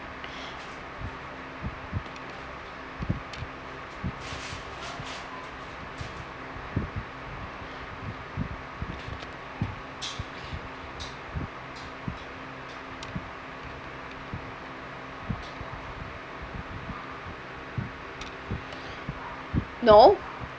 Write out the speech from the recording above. no